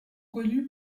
connus